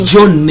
John